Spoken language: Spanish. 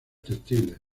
textiles